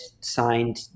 signed